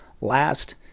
Last